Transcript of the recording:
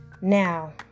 now